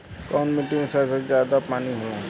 कौन मिट्टी मे सबसे ज्यादा पानी होला?